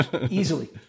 Easily